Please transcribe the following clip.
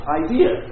idea